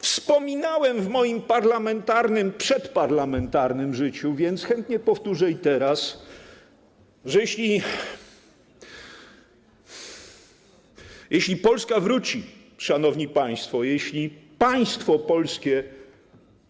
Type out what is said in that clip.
Wspominałem o tym w moim przedparlamentarnym życiu, więc chętnie powtórzę i teraz, że jeśli Polska, szanowni państwo, jeśli państwo polskie